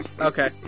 Okay